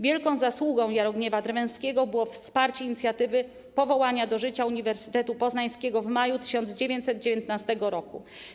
Wielką zasługą Jarogniewa Drwęskiego było wsparcie inicjatywy powołania do życia Uniwersytetu Poznańskiego w maju 1919 roku.